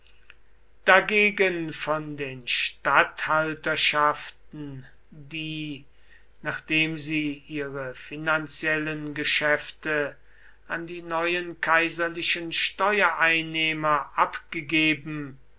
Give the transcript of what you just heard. dagegen von den statthalterschaften die nachdem sie ihre finanziellen geschäfte an die neuen kaiserlichen steuereinnehmer abgegeben